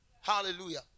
Hallelujah